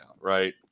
right